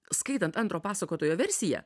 skaitant antro pasakotojo versiją